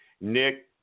Nick